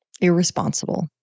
Irresponsible